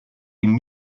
ihm